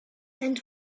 and